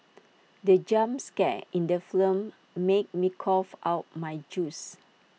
the jump scare in the flow made me cough out my juice